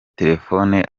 telefone